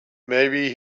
maybe